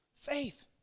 faith